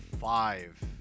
five